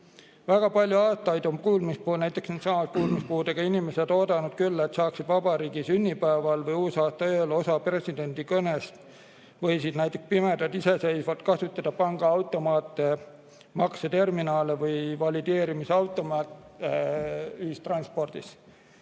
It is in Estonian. Väga palju aastaid on needsamad kuulmispuudega inimesed oodanud küll, et saaksid vabariigi sünnipäeval või uusaastaööl osa presidendi kõnest või siis saaksid pimedad iseseisvalt kasutada pangaautomaate, makseterminale või valideerimisautomaate ühistranspordis.